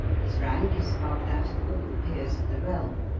his rank is above that of all the peers of the realm.